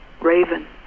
raven